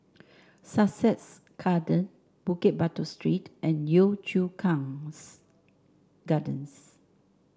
Sussex Garden Bukit Batok Street and Yio Chu Kangs Gardens